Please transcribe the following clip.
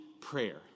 prayer